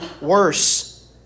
worse